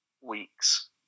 weeks